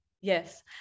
Yes